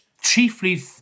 Chiefly